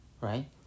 Right